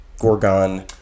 Gorgon